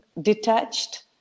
detached